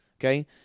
okay